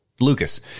Lucas